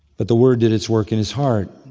but the word did its work in his heart.